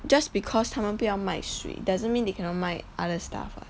just because 他们不要卖水 doesn't mean they cannot 卖 other stuff [what]